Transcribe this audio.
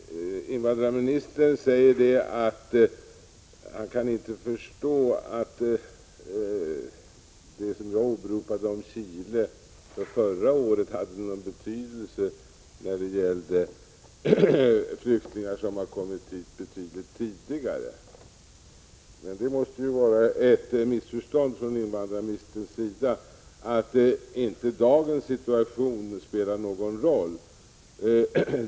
Fru talman! Invandrarministern säger att han inte kan förstå vilken betydelse förhållandena i Chile förra året har — alltså det som jag åberopade — när det gäller flyktingar som kommit hit betydligt tidigare. Det måste vara ett missförstånd från invandrarministerns sida om han tror att dagens situation inte spelar någon roll.